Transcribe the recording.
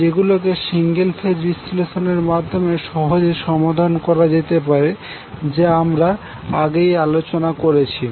যেগুলোকে single phase বিশ্লেষণের মাধ্যমে সহজে সমাধান করা যেতে পারে যা আমরা আগেই আলোচনা করেছি